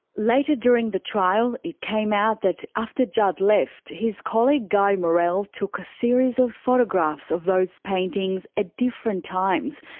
later during the trial, it came out that after jud left, his colleague guy morel took a series of photographs of those paintings at different times,